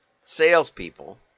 salespeople